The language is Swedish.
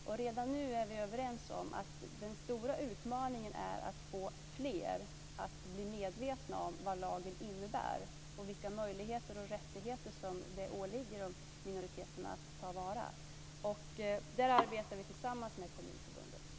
Och redan nu är vi överens om att den stora utmaningen är att få fler att bli medvetna om vad lagen innebär och vilka möjligheter och rättigheter minoriteterna har. Och där arbetar vi tillsammans med Kommunförbundet.